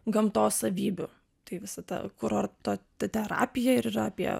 gamtos savybių tai visa ta kurorto terapija ir yra apie